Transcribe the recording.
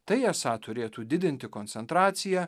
tai esą turėtų didinti koncentraciją